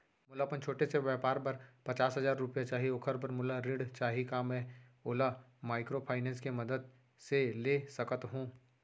मोला अपन छोटे से व्यापार बर पचास हजार रुपिया चाही ओखर बर मोला ऋण चाही का मैं ओला माइक्रोफाइनेंस के मदद से ले सकत हो?